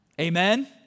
Amen